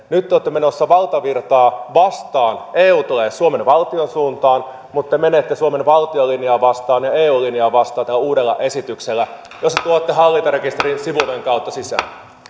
nyt te olette menossa valtavirtaa vastaan eu tulee suomen valtion suuntaan mutta te menette suomen valtion linjaa vastaan ja eun linjaa vastaan tällä uudella esityksellä jossa tuotte hallintarekisterin sivuoven kautta sisään